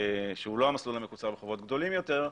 שהוא לא המסלול המקוצר בחובות גדולים יותר,